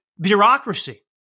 bureaucracy